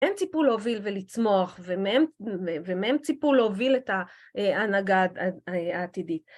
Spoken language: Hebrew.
הם ציפו להוביל ולצמוח ומהם ציפו להוביל את ההנהגה העתידית